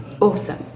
awesome